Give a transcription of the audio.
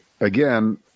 again